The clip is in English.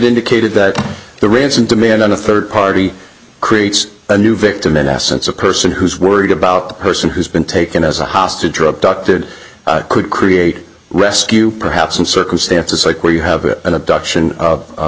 indicated that the ransom demand on a third party creates a new victim in essence a person who's worried about the person who's been taken as a hostage or abducted could create a rescue perhaps in circumstances like where you have it an abduction